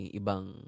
ibang